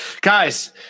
Guys